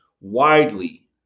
widely